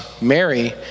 Mary